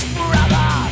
brother